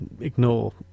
ignore